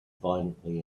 violently